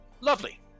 Lovely